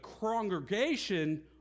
congregation